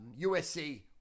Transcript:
usc